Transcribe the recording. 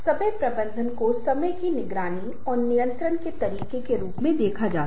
इन सभी चीज़ों को एकीकृत करने के लिए हमारे पास कुछ हाथ होंगे हम इसकी योजना भी बनाएंगे